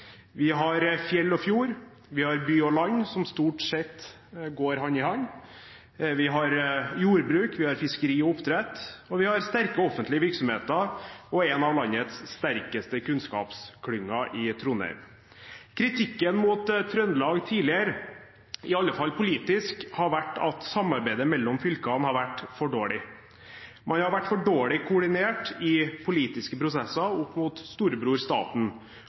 Vi har fjell og fjord, vi har by og land som stort sett går hand i hand, vi har jordbruk, vi har fiskeri og oppdrett, og vi har sterke offentlige virksomheter og en av landets sterkeste kunnskapsklynger i Trondheim. Kritikken mot Trøndelag tidligere, i alle fall politisk, har vært at samarbeidet mellom fylkene har vært for dårlig. Man har vært for dårlig koordinert i politiske prosesser opp mot storebror staten,